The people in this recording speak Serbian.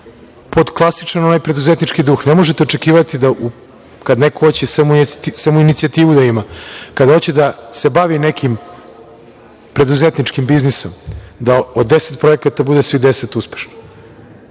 pod klasičan onaj preduzetnički duh. Ne možete očekivati da kada neko hoće samoinicijativu da ima, kada hoće da se bavi nekim preduzetničkim biznisom, da od 10 projekata bude svih 10 uspešno.